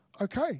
okay